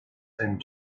and